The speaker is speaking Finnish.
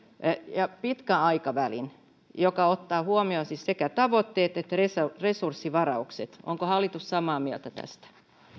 ja pitkän aikavälin joka ottaa huomioon siis sekä tavoitteet että resurssivaraukset onko hallitus samaa mieltä tästä